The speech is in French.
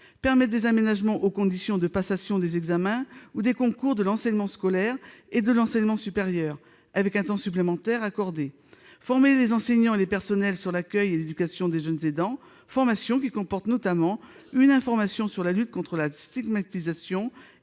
permettre des aménagements aux conditions de passation des examens ou des concours de l'enseignement scolaire et supérieur avec un temps supplémentaire accordé ; former les enseignants et les personnels à l'accueil et l'éducation des jeunes aidants, formation qui comporte notamment une information sur la lutte contre la stigmatisation